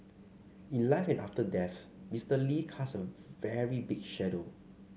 in life and after death Mister Lee casts a very big shadow